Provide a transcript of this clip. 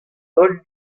holl